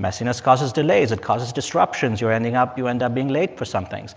messiness causes delays. it causes disruptions. you're ending up you end up being late for some things.